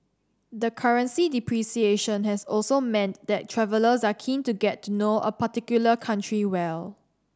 the currency depreciation has also meant that travellers are keen to get to know a particular country well